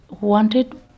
wanted